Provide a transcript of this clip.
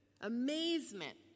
amazement